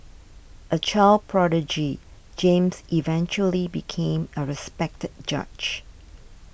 a child prodigy James eventually became a respected judge